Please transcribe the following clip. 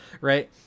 Right